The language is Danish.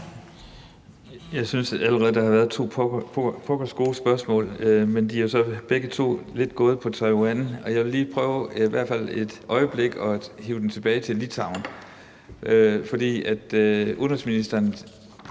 Jeg synes allerede, der har været to pokkers gode spørgsmål. Men de er så begge to lidt gået på Taiwan, og jeg vil lige prøve i hvert fald et øjeblik at hive den tilbage til Litauen.